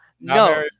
no